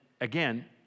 again